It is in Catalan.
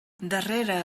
darrere